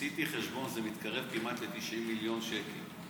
עשיתי חשבון, זה מתקרב כמעט ל-90 מיליון שקל.